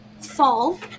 fall